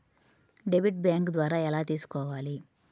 Debit bank ద్వారా ఎలా తీసుకోవాలి?